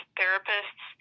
therapists